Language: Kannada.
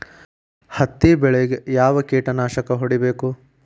ಹತ್ತಿ ಬೆಳೇಗ್ ಯಾವ್ ಕೇಟನಾಶಕ ಹೋಡಿಬೇಕು?